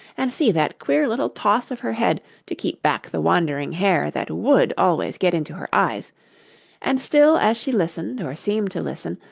and see that queer little toss of her head to keep back the wandering hair that would always get into her eyes and still as she listened, or seemed to listen,